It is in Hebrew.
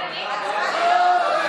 לעצור את הכול.